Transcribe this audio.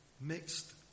Mixed